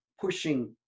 pushing